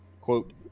Quote